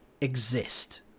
exist